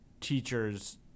teachers